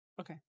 okay